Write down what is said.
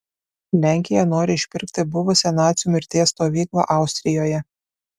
lenkija nori išpirkti buvusią nacių mirties stovyklą austrijoje